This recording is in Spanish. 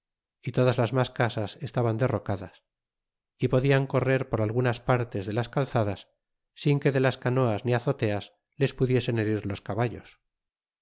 y todas las mas casas estaban derrocadas y podian correr por algunas partes de las calzadas sin que de las canoas ni azoteas les pudiesen herir los caballos